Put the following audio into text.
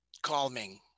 Calming